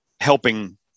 helping